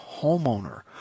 homeowner